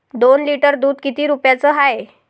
दोन लिटर दुध किती रुप्याचं हाये?